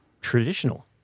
traditional